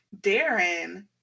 Darren